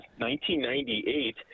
1998